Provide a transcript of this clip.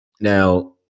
Now